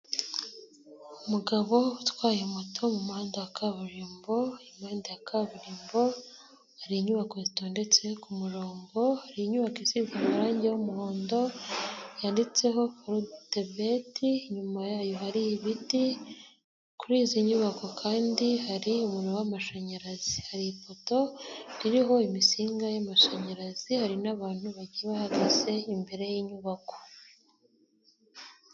Umugabo utwaye moto mu muhanda wa kaburimbo, impande ya kaburimbo, hari inyubako zitondetse ku murongo, hari inyubako isize amarangi y'umuhondo, yanditseho Forte Bet, inyuma yayo hari ibiti, kuri izi nyubako kandi hari umuriro w'amashanyarazi, hari ipoto ririho insinga z'amashanyarazi, hari n'abantu bake bahagaze imbere y'inyubako.